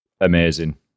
amazing